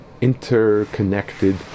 interconnected